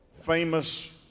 famous